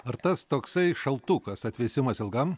ar tas toksai šaltukas atvėsimas ilgam